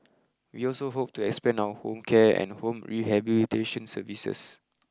we also hope to expand our home care and home rehabilitation services